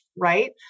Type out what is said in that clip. right